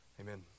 Amen